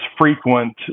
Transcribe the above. frequent